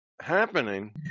happening